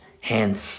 hand